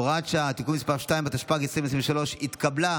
הוראת שעה) (תיקון מס' 2), התשפ"ג 2023, נתקבל.